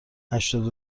هشتاد